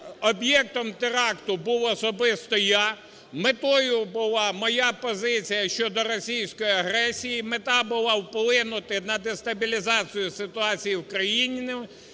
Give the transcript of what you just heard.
об'єктом теракту був особисто я. Метою була моя позиція щодо російської агресії, мета була вплинути на дестабілізацію ситуації в країні